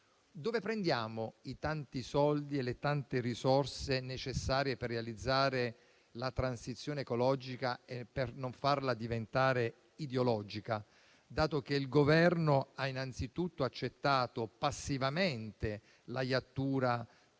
dove prendiamo i tanti soldi e le tante risorse necessarie per realizzarla e per non farla diventare ideologica, dato che il Governo ha innanzitutto accettato passivamente la iattura